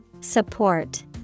Support